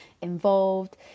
involved